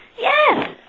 yes